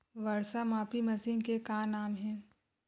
वर्षा मापी मशीन के का नाम हे?